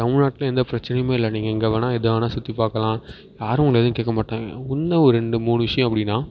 தமிழ்நாட்டில் எந்த பிரச்சினையுமே இல்லை நீங்கள் எங்கே வேணால் எதை வேணால் சுற்றி பார்க்கலாம் யாரும் உன்னை எதுவும் கேட்க மாட்டாங்க என்ன ஒரு ரெண்டு மூணு விஷயம் அப்படின்னா